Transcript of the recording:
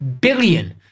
Billion